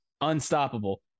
unstoppable